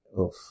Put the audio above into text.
Oof